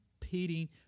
competing